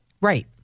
Right